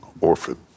orphan